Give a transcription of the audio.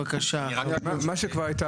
על מה שכבר הייתה